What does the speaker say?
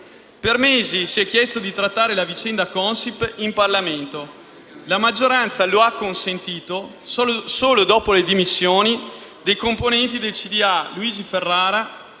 Per mesi si è chiesto di trattare la vicenda Consip in Parlamento. La maggioranza lo ha consentito solo dopo le dimissioni dei componenti del consiglio